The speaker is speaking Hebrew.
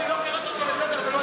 ולא קראת אותו לסדר.